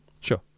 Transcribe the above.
sure